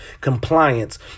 compliance